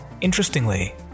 Interestingly